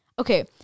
Okay